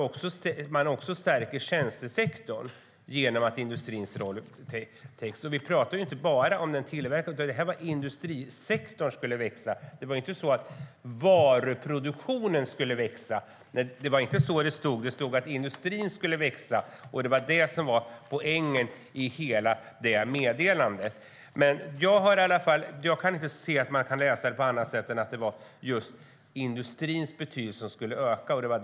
Vi pratade inte bara om tillverkningsindustrin, utan det här handlade om att industrisektorn skulle växa. Det var inte att varuproduktionen skulle växa, utan det stod att industrin skulle växa, och det var det som var poängen i hela det meddelandet. Jag kan inte se att det går att läsa på annat sätt än att det var just industrins betydelse som skulle öka.